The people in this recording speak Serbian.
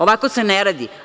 Ovako se ne radi.